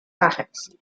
pájaros